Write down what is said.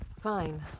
Fine